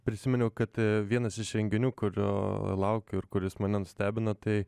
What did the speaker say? prisiminiau kad vienas iš renginių kurio laukiu ir kuris mane nustebino tai